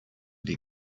die